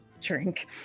drink